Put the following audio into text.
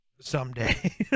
Someday